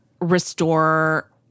restore